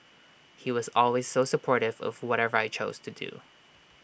he was always so supportive of whatever I chose to do